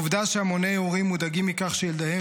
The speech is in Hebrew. העובדה שהמוני הורים מודאגים מכך שילדיהם